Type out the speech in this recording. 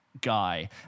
guy